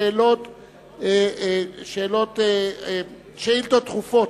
שאילתות רגילות.